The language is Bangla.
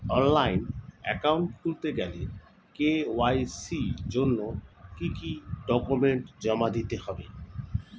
অনলাইন একাউন্ট খুলতে গেলে কে.ওয়াই.সি জন্য কি কি ডকুমেন্ট জমা দিতে হবে?